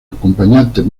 acompañantes